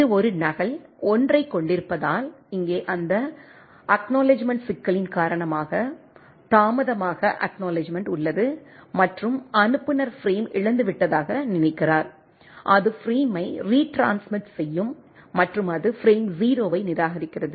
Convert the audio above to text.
இது ஒரு நகல் 1 ஐக் கொண்டிருப்பதால் இங்கே அந்த அக்நாலெட்ஜ்மென்ட் சிக்கலின் காரணமாக தாமதமாக அக்நாலெட்ஜ்மென்ட் உள்ளது மற்றும் அனுப்புநர் பிரேம் இழந்துவிட்டதாக நினைக்கிறார் அது பிரேமை ரீட்ரான்ஸ்மிட் செய்யும் மற்றும் அது பிரேம் 0 ஐ நிராகரிக்கிறது